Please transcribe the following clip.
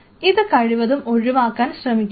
ഇത് കഴിവതും ഒഴിവാക്കാൻ ശ്രമിക്കുക